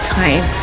time